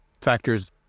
factors